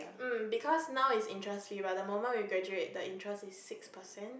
mm because now it's interest free but the moment we graduate the interest is six percent